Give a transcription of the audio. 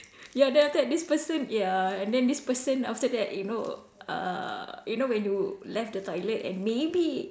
ya then after that this person ya and then this person after that you know uh you know when you left the toilet and maybe